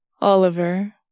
Oliver